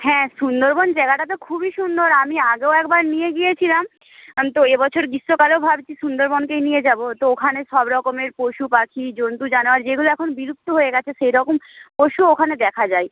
হ্যাঁ সুন্দরবন জায়গাটা তো খুবই সুন্দর আমি আগেও একবার নিয়ে গিয়েছিলাম তো এ বছর গ্রীষ্মকালেও ভাবছি সুন্দরবনকেই নিয়ে যাব তো ওখানে সব রকমের পশুপাখি জন্তু জানোয়ার যেগুলো এখন বিলুপ্ত হয়ে গিয়েছে সেরকম পশুও ওখানে দেখা যায়